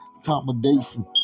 Accommodation